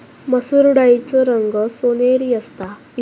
मसुर डाळीचो रंग सोनेरी असता